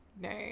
no